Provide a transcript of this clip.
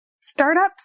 Startups